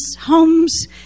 homes